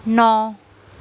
ਨੌ